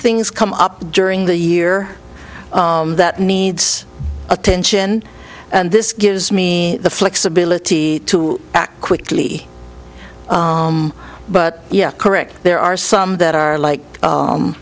things come up during the year that needs attention and this gives me the flexibility to act quickly but yet correct there are some that are like